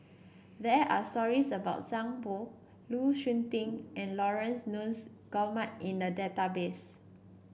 there are stories about Zhang Bohe Lu Suitin and Laurence Nunns Guillemard in the database